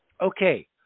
Okay